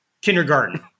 Kindergarten